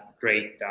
great